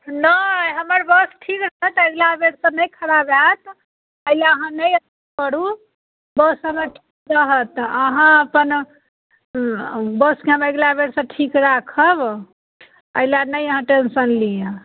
नहि हमर बस ठीक रहत अगिला बेरसँ नहि खराब होएत अहिला अहाँ हँ नहि अथी करू बस हमर ठीक रहत अहाँ अपन बसके हम अगिला बेरसँ ठीक राखब एहिला नहि अहाँ टेन्शन लिअ